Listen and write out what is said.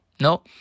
No